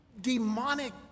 demonic